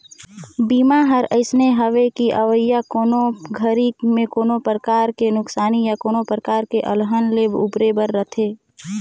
बीमा हर अइसने हवे कि अवइया कोनो घरी मे कोनो परकार के नुकसानी या कोनो परकार के अलहन ले उबरे बर रथे